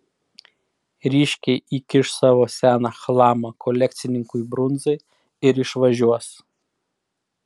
ryškiai įkiš savo seną chlamą kolekcininkui brunzai ir išvažiuos